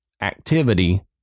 activity